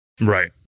Right